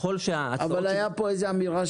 אבל הייתה פה איזה אמירה,